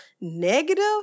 negative